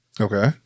Okay